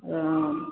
आ